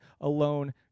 alone